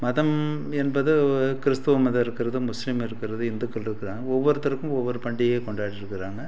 மதம் என்பது ஒரு கிறிஸ்தவ மதம் இருக்கிறது முஸ்லீம் இருக்கிறது இந்துக்கள் இருக்கிறாங்க ஒவ்வொருத்தருக்கும் ஒவ்வொரு பண்டிகையை கொண்டாடிட்ருக்கிறாங்க